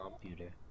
computer